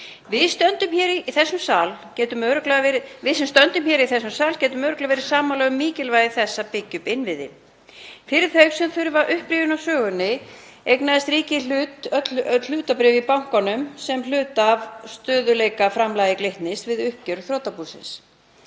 Við sem stöndum hér í þessum sal getum örugglega verið sammála um mikilvægi þess að byggja upp innviði. Fyrir þau sem þurfa upprifjun á sögunni þá eignaðist ríkið öll hlutabréf í bankanum sem hluta af stöðugleikaframlagi Glitnis við uppgjör þrotabúsins.